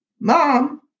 Mom